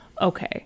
Okay